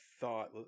thought